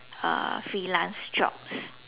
uh freelance jobs